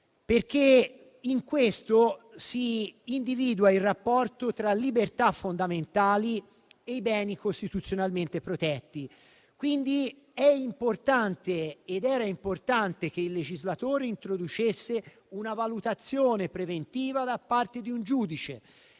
perché in questo si individua il rapporto tra libertà fondamentali e i beni costituzionalmente protetti. Quindi è importante ed era importante che il legislatore introducesse una valutazione preventiva da parte di un giudice,